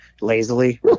lazily